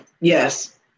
Yes